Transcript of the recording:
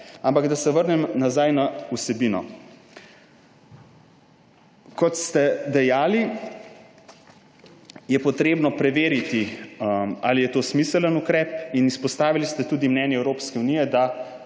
Da se vrnem na vsebino. Kot ste dejali, je potrebno preveriti, ali je to smiseln ukrep. Izpostavili ste tudi mnenje Evropske unije, da